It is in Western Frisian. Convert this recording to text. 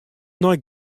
nei